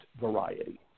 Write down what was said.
variety